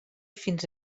fins